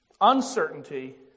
Uncertainty